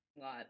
lot